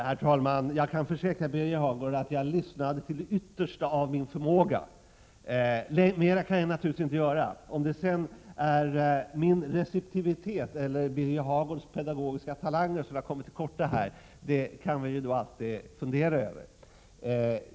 Herr talman! Jag kan försäkra Birger Hagård att jag lyssnade till det 31 maj 1988 yttersta av min förmåga. Mer kan jag naturligtvis inte göra. Om det sedan är min receptivitet eller Birger Hagårds pedagogiska talanger som har kommit till korta kan vi alltid fundera över.